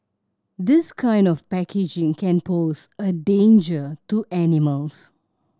this kind of packaging can pose a danger to animals